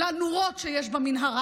לנורות שיש במנהרה,